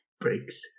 breaks